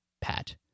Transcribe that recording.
Pat